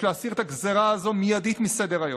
יש להסיר את הגזרה הזו מיידית מסדר-היום.